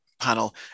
panel